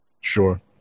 Sure